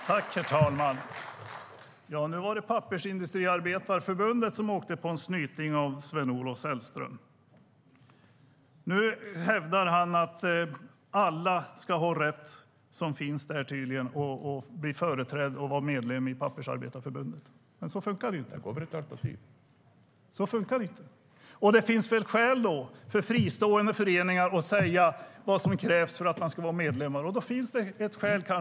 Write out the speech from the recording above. Herr talman! Nu var det Pappersindustriarbetareförbundet som åkte på en snyting av Sven-Olof Sällström. Nu hävdar han att alla ska ha rätt att bli medlem och företrädas av Pappersindustriarbetareförbundet. Men så funkar det ju inte. Då finns det väl skäl för fristående föreningar att ange vad som krävs för att bli medlem.